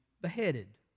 beheaded